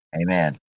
Amen